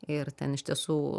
ir ten iš tiesų